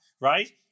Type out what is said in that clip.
right